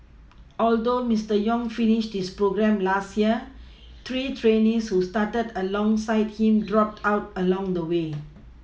although Mister Yong finished his programme last year three trainees who started alongside him dropped out along the way